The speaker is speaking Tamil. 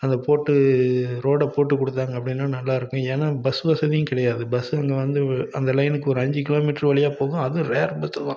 அதை போட்டு ரோடை போட்டு கொடுத்தாங்க அப்படின்னா நல்லா இருக்கும் ஏன்னால் பஸ் வசதியும் கிடையாது பஸ்ஸு அங்கே வந்து அந்த லைனுக்கு ஒரு அஞ்சு கிலோமீட்ரு வழியாக போகும் அதுவும் ரேர் பஸ்ஸு தான்